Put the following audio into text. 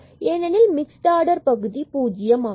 ஏனெனில் mixed order பகுதி பூஜ்யம் ஆகும்